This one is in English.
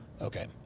Okay